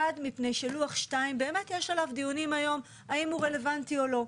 1. מפני שלוח2 באמת יש עליו דיונים עליו האם הוא רלבנטי או לא.